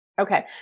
Okay